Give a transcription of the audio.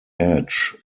edge